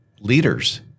leaders